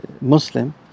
Muslim